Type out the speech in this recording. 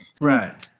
Right